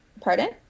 Pardon